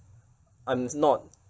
I'm not